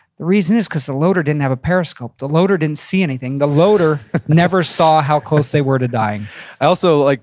the reason is because the loader didn't have a periscope. the loader didn't see anything. the loader never saw how close they were to dying i also like